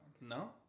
No